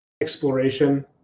exploration